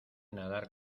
nadar